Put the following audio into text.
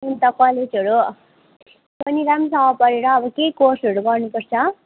अन्त कलेजहरू पनि राम्रोसँग पढेर अब केही कोर्सहरू गर्नु पर्छ